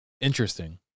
Interesting